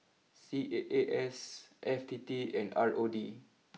C A A S F T T and R O D